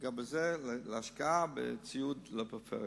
גם בזה, השקעה בציוד לפריפריה.